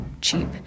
cheap